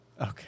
Okay